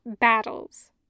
battles